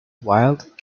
wild